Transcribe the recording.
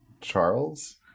Charles